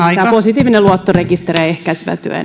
positiivinen luottorekisteri ja ehkäisevä työ